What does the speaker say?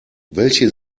welche